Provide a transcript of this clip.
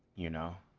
you know.